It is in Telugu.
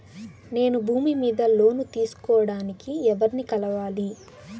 నేను భూమి మీద లోను తీసుకోడానికి ఎవర్ని కలవాలి?